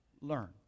learn